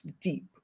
deep